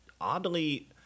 oddly